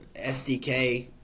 SDK